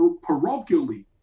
parochially